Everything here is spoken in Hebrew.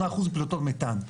פליטות מתאן.